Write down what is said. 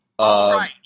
Right